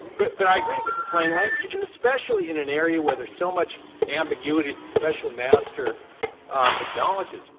but but i agree that the plain language and especially in an area where there's so much ambiguities the special master acknowledges,